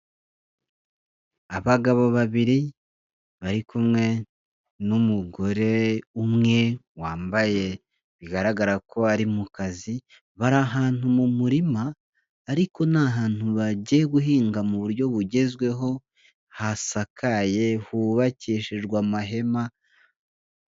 Abagabo babiri bari kumwe n'umugore umwe wambaye bigaragara ko bari mu kazi, bari ahantu mu murima ariko ni hantu bagiye guhinga mu buryo bugezweho, hasakaye, hubakishijwe amahema.